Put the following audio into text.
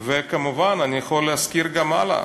וכמובן, אני יכול גם להזכיר הלאה.